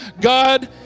God